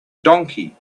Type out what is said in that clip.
donkey